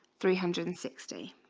three hundred and sixty